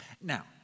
Now